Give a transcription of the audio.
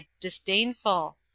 disdainful